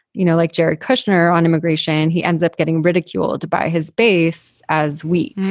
you know, like jared kushner on immigration, he ends up getting ridiculed by his base as weak.